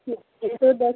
जी एक सौ दस